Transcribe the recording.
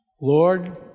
Lord